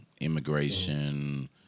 immigration